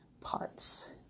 parts